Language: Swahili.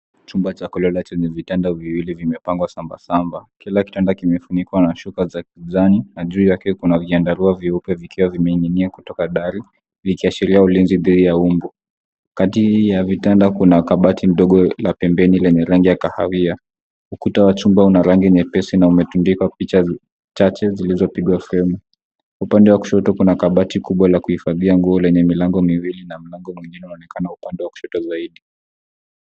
Chumba cha kulala chenye vitanda viwili vimepangwa sambasamba. Kila kitanda kimefunikwa na shuka za kiuzani na juu yake kuna vyandarua vyeupe vikiwa vimening'inia kutoka dari vikiashiria ulinzi dhidi ya mbu. Kati ya vitanda kuna kabati ndogo la pembeni lenye rangi ya kahawia. Ukuta wa chumba una rangi nyepesi na umetundikwa picha chache zilizopigwa fremu. Upande wa kushoto kuna kabati kubwa la kuhifadhia nguo lenye milango miwili na mlango wa pili unaonekana kwenye upande wa kushoto zaidi.